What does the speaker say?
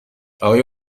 آقای